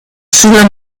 sulla